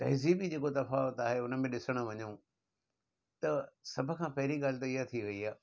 तहिज़ीबी जेको तफ़ावत आहे हुन में ॾिसणु वञऊं त सभु खां पहिरीं ॻाल्हि त इहा थी वई आहे